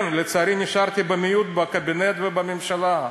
כן, לצערי נשארתי במיעוט בקבינט ובממשלה.